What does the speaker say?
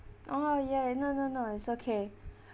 oh yeah no no no it's okay